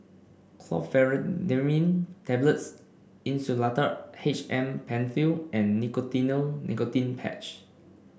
Chlorpheniramine Tablets Insulatard H M Penfill and Nicotinell Nicotine Patch